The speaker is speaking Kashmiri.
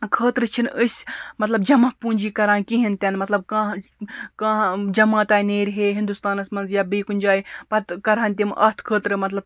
خٲطرٕ چھِنہٕ أسۍ مطلب جمع پوٗنٛجی کَران کِہیٖنۍ تہِ نہٕ مطلب کانٛہہ کانٛہہ جَماتھا نیرِ ہے ہِندوستانَس منٛز یا بیٚیہِ کُنہِ جایہِ پَتہٕ کَرٕہَن تِم اَتھ خٲطرٕ مطلب